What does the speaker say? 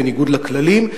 בניגוד לכללים,